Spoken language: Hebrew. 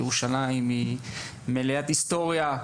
ירושלים היא מלאת היסטוריה.